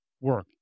work